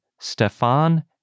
Stefan